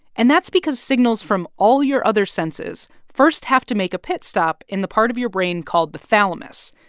and that's because signals from all your other senses first have to make a pit stop in the part of your brain called the thalamus,